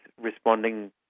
responding